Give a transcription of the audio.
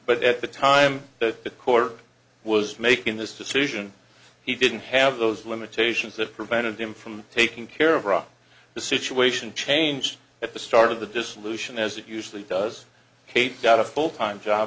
but at the time the court was making this decision he didn't have those limitations that prevented him from taking care of ra the situation changed at the start of the dissolution as it usually does kate got a full time job